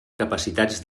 capacitats